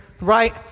right